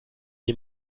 die